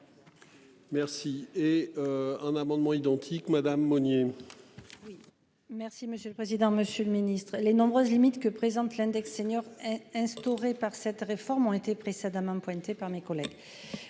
Merci et. Un amendement identique Madame Monnier. Oui. Merci monsieur le président, Monsieur le Ministre, les nombreuses limites que présente l'index senior instauré par cette réforme ont été précédemment pointé par mes collègues.